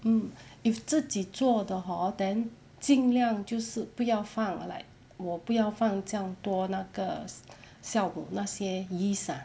mm if 自己做的 hor then 尽量就是不要放 like 我不要放这样多那个酵母那些 yeast ah